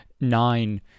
nine